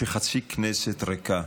כשחצי כנסת ריקה,